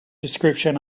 description